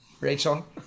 Rachel